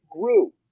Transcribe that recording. grew